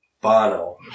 Bono